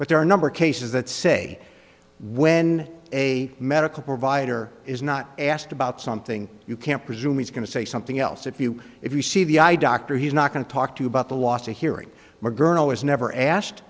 but there are a number of cases that say when a medical provider is not asked about something you can't presume he's going to say something else if you if you see the eye doctor he's not going to talk to you about the loss of hearing mcgurn i was never asked